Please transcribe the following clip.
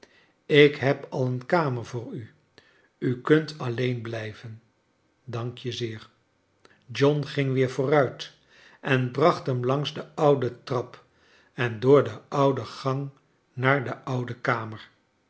ik heb al een kamer voor u u kunt alleen blijven dank je zeer john ging weer vooruit en bracht hem langs de oude trap en door de oude gang naar de oude kamer